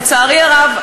לצערי הרב,